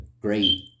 great